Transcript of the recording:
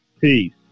Peace